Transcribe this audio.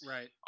Right